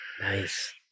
Nice